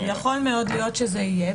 יכול מאוד להיות שזה יהיה,